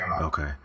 okay